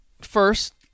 First